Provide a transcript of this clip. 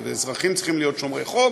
ואזרחים צריכים להיות שומרי חוק.